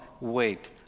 wait